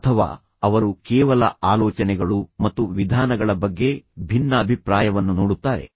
ಅಥವಾ ಅವರು ಕೇವಲ ಆಲೋಚನೆಗಳು ಮತ್ತು ವಿಧಾನಗಳ ಬಗ್ಗೆ ಭಿನ್ನಾಭಿಪ್ರಾಯವನ್ನು ನೋಡುತ್ತಾರೆ